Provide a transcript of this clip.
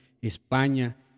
España